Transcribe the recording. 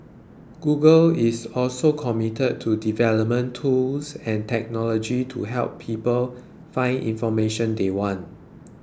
Google is also committed to development tools and technology to help people find information they want